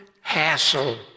hassle